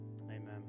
Amen